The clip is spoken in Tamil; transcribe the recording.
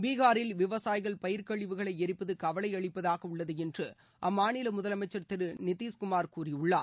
பீகாரில் விவசாயிகள் பயிர்க் கழிவுகளை எரிப்பது கவலை அளிப்பதாக உள்ளது என்று அம்மாநில முதலமைச்சர் திரு நிதிஷ் குமார் கூறியுள்ளார்